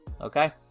Okay